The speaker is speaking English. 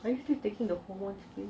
are you still taking the hormones meds